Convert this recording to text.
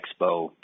expo